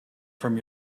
from